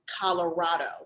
colorado